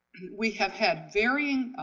we have had varying